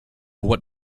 what